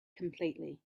completely